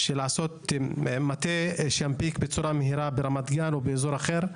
לעשות מטה שינפיק בצורה מהירה ברמת גן או באזור אחר.